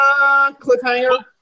Cliffhanger